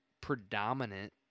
predominant